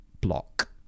block